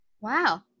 Wow